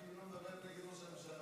בתנאי שהיא לא מדברת נגד ראש הממשלה.